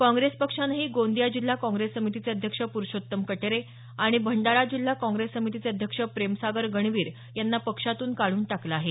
काँग्रेस पक्षानंही गोंदिया जिल्हा काँग्रेस समितीचे अध्यक्ष पुरुषोत्तम कटरे आणि भंडारा जिल्हा काँग्रेस समितीचे अध्यक्ष प्रेमसागर गणवीर यांना पक्षातून काढून टाकलं आहे